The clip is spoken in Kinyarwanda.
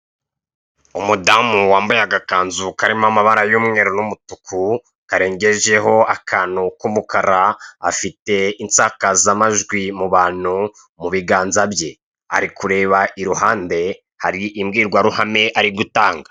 Umudamu wambaye agakanzu karimo amabara y'umweru n'umutuku karengejeho akantu k'umukara afite insakazamajwi mu bantu mu biganza bye ari kureba iruhande hari imbwirwaruhame ari gutanga.